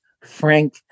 frank